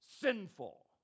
sinful